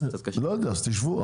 אז תשבו.